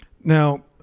Now